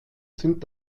sind